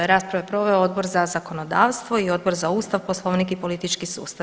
Raspravu je proveo Odbor za zakonodavstvo i Odbor za Ustav, Poslovnik i politički sustav.